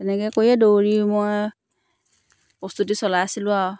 তেনেকৈ কৰিয়ে দৌৰি মই প্ৰস্তুতি চলাই আছিলোঁ আৰু